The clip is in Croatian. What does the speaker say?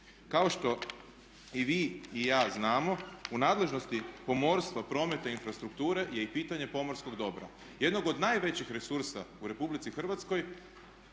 Kao što i vi i ja znamo u nadležnosti pomorstva, prometa i infrastrukture je i pitanje pomorskog dobra, jednog od najvećih resursa u Republici Hrvatskoj